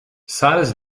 silas